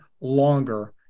longer